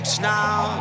now